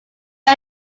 pre